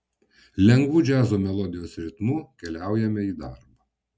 lengvu džiazo melodijos ritmu keliaujame į darbą